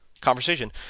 conversation